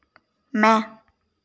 म्या